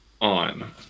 on